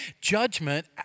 Judgment